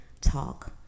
talk